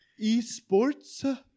Esports